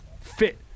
fit